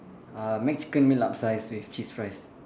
uh McChicken meal upsized with cheese fries